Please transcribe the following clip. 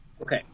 Okay